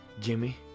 Jimmy